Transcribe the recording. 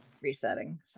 resetting